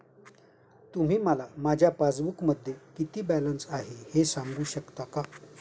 तुम्ही मला माझ्या पासबूकमध्ये किती बॅलन्स आहे हे सांगू शकता का?